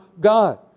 God